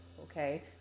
okay